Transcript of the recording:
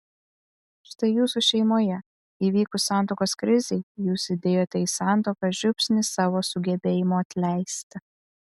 štai jūsų šeimoje įvykus santuokos krizei jūs įdėjote į santuoką žiupsnį savo sugebėjimo atleisti